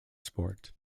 sport